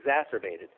exacerbated